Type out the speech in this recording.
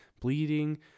bleeding